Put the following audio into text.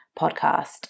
podcast